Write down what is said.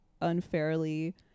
unfairly